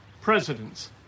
presidents